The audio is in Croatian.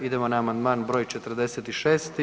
Idemo na amandman broj 46.